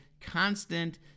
constant